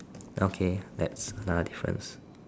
okay that's another difference